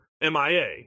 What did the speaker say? Mia